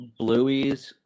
Blueies